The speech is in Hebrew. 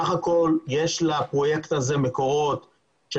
בסך הכול לפרויקט הזה יש מקורות של